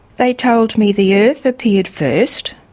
they told me the earth appeared first,